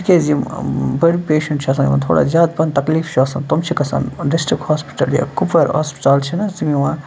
تِکیٛازِ یِم بٔڑۍ پیشںٛٹ چھِ آسان یِمَن تھوڑا زیادٕ پَہَن تکلیٖف چھُ آسان تِم چھِ گژھان ڈِسٹِرٛک ہاسپِٹل یا کُپوارہ ہاسپِٹَل چھِ نہ حظ تِم یِوان